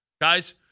Guys